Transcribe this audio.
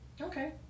Okay